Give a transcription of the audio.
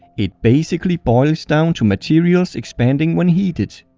it basically boils down to materials expanding when heated.